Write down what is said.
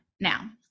now